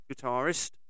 guitarist